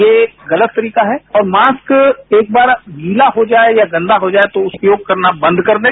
ये गलत तरीका है और मास्क एक बार गीला हो जाए या गंदा हो जाए तो उपयोग करना बंद कर दें